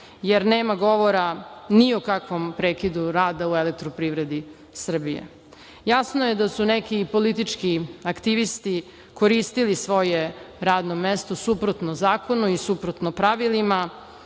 jer nema govora ni o kakvom prekidu rada u "Elektroprivredi Srbije".Jasno je da su neki politički aktivisti koristili svoje radno mesto suprotno zakonu i suprotno pravilima,